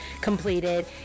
completed